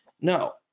no